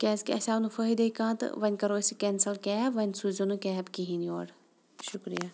کیٛازِکہِ اَسہِ آو نہٕ فٲیِدَے کانٛہہ تہٕ وۄنی کَرو أسۍ کینسَل کیب وۄنۍ سوٗزیو نہٕ کیب کِہیٖنۍ یور شُکریہ